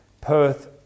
Perth